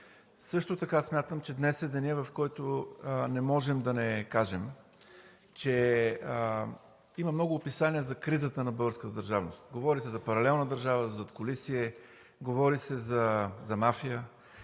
Смятам, че днес е денят, в който не можем да не кажем, че има много описания за кризата на българската държавност – говори се за паралелна държава, задкулисие, говори се за мафия.